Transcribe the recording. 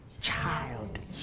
childish